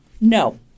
No